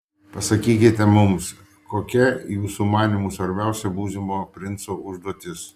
pasakykite mums kokia jūsų manymu svarbiausia būsimo princo užduotis